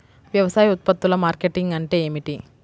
వ్యవసాయ ఉత్పత్తుల మార్కెటింగ్ అంటే ఏమిటి?